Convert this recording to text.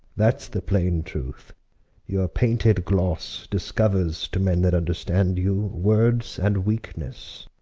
that's the plaine truth your painted glosse discouers to men that vnderstand you, words and weaknesse